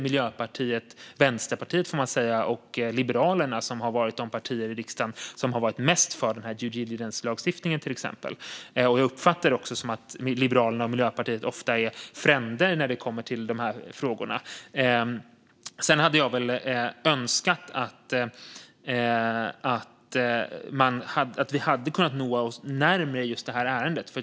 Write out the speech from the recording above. Miljöpartiet, Vänsterpartiet och Liberalerna är ju de partier i riksdagen som är mest för due diligence-lagstiftningen, och jag uppfattar det som att Liberalerna och Miljöpartiet ofta är fränder i dessa frågor. Sedan hade jag önskat att vi hade kunnat komma närmare i just detta ärende.